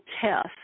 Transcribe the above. test